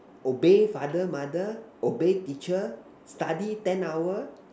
obey father mother obey teacher study ten hour